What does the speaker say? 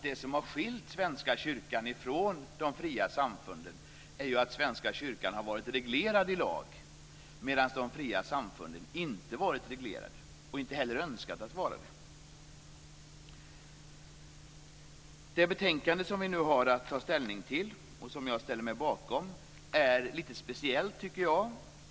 Det som har skilt Svenska kyrkan från de fria samfunden är att Svenska kyrkan har varit reglerad i lag, medan de fria samfunden inte har varit reglerade och inte heller har önskat vara det. Jag tycker att det betänkande som vi nu har att ta ställning till och som jag ställer mig bakom är lite speciellt.